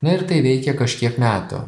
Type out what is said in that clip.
na ir tai veikė kažkiek metų